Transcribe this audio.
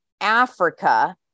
Africa